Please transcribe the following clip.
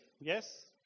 Yes